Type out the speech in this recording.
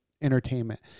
entertainment